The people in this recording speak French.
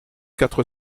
quatre